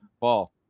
paul